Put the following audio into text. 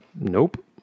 nope